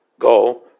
go